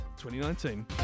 2019